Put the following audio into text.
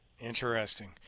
Interesting